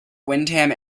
wyndham